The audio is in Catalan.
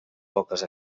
poques